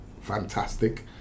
fantastic